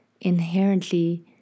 inherently